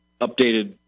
updated